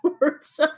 words